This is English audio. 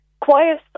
quiet